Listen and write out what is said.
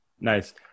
Nice